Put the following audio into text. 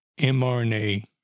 mRNA